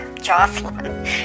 Jocelyn